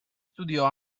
studiò